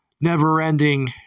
never-ending